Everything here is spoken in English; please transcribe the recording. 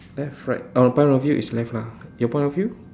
left right oh my point of view is left lah your point of view